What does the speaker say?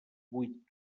huit